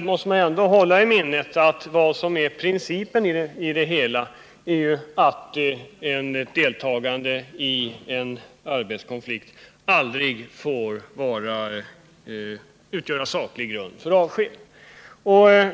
måste man ändå hålla i minnet att vad som är principen i det hela är att deltagandet i en arbetskonflikt aldrig får utgöra saklig grund för avsked.